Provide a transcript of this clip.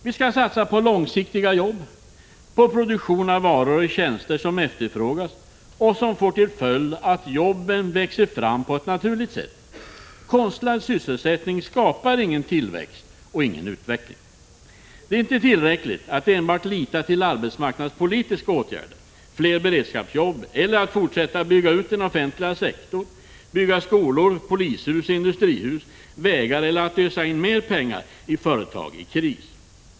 Vi skall satsa på långsiktiga jobb, på produktion av varor och tjänster som efterfrågas och som får till följd att jobben växer fram på ett naturligt sätt. Konstlad sysselsättning skapar ingen tillväxt och ingen utveckling. Det är inte tillräckligt att enbart lita till arbetsmarknadspolitiska åtgärder, fler beredskapsjobb eller att forsätta bygga ut den offentliga sektorn, bygga skolor, polishus, industrihus, vägar eller att ösa in mer pengar i företag i kris.